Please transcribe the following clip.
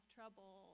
trouble